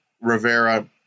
Rivera